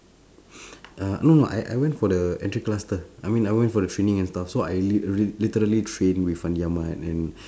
uh no no I I went to the entry cluster I mean I went for the training and stuff so I lit~ lit~ literally train with fandi-ahmad and and